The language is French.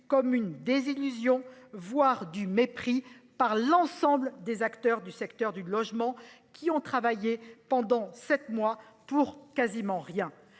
comme un signe de mépris par l'ensemble des acteurs du secteur du logement, qui ont travaillé pendant sept mois pour presque rien.